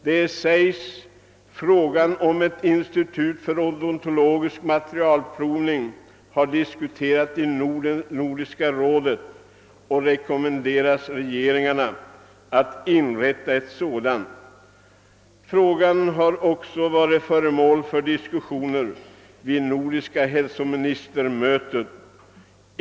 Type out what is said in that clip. Där sägs: »Frågan om ett institut för odontologisk materialprovning har diskuterats i Nordiska rådet som rekommenderat regeringen att inrätta ett sådant. Frågan har också varit föremål för diskussioner vid nordiska hälsovårdsministermöten.